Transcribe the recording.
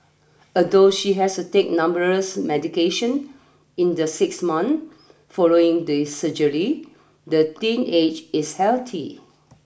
although she has to take numerous medication in the six month following the surgery the teenage is healthy